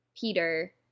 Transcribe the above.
Peter